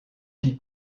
qui